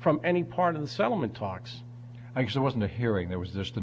from any part of the settlement talks i actually wasn't a hearing there was